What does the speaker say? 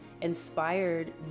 inspired